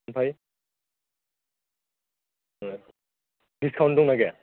ओमफ्राय अ दिसकाउन्ट दंना गैया